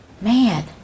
man